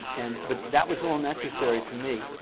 and but that was all necessary for me.